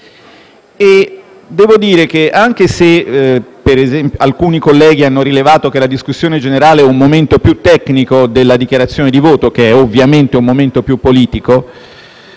Devo dire che, anche se alcuni colleghi hanno rilevato che la discussione generale è un momento più tecnico della dichiarazione di voto (che è ovviamente un momento più politico),